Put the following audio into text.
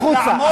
החוצה,